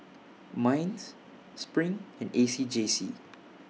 Minds SPRING and A C J C